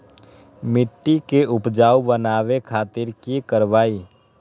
मिट्टी के उपजाऊ बनावे खातिर की करवाई?